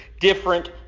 different